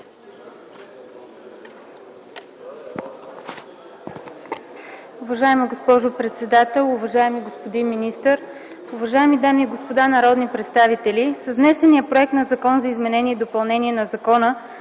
Уважаема госпожо председател, уважаеми господин министър, уважаеми дами и господа народни представители! С внесения Законопроект за изменение и допълнение на Закона